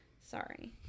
Sorry